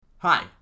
Hi